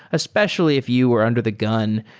especially if you were under the gun.